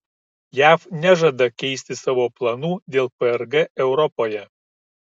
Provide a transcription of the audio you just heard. jav nežada keisti savo planų dėl prg europoje